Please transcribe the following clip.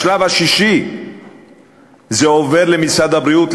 בשלב השישי זה עובר למשרד הבריאות,